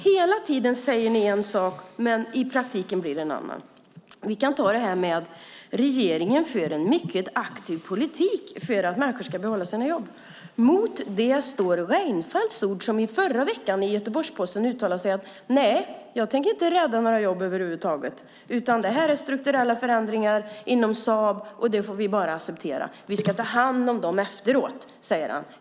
Hela tiden säger ni en sak, men i praktiken blir det en annan. Vi kan ta detta med att regeringen för en mycket aktiv politik för att människor ska kunna behålla sina jobb som exempel. Mot det står Reinfeldts ord när han uttalade sig i Göteborgs-Posten i förra veckan. Där sade han: Nej, jag tänker inte rädda några jobb över huvud taget. Det här är strukturella förändringar inom Saab, och det får vi acceptera. Vi ska ta hand om dem efteråt, säger han.